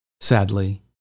Sadly